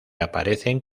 aparecen